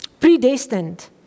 Predestined